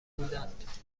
بودند